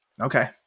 Okay